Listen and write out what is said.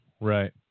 right